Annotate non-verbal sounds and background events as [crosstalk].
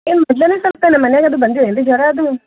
ಏನು ಮೊದಲೇನೆ ಸಲ್ಪ [unintelligible] ಅದು ಬಂದಿವೇನು ರೀ ಜ್ವರ ಅದು